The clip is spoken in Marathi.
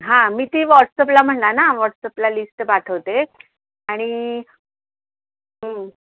हां मी ती वॉट्सअपला म्हणाला ना वॉट्सअपला लिस्ट पाठवते आणि